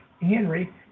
Henry